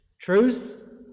Truth